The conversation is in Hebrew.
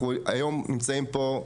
אנחנו היום נמצאים פה,